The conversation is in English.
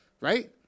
right